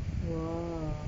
!wah!